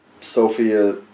Sophia